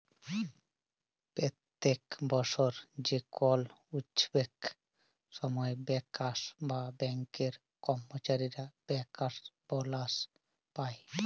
প্যত্তেক বসর যে কল উচ্ছবের সময় ব্যাংকার্স বা ব্যাংকের কম্মচারীরা ব্যাংকার্স বলাস পায়